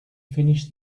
finish